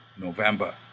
November